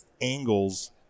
angles